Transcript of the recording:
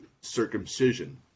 circumcision